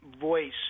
voice